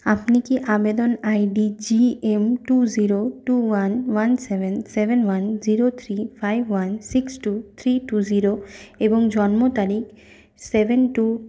আপনি কি আবেদন ID G M two zero two one one seven seven one zero three five one six two three two zero এবং জন্ম তারিখ seven two